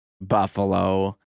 Buffalo